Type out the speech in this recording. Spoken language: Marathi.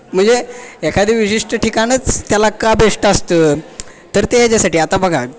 म्हणजे एखादे विशिष्ट ठिकाणच त्याला का बेष्ट असतं तर ते ह्याच्यासाठी आता बघा